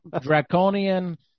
draconian